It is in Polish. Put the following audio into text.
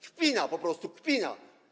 Kpina, po prostu kpina.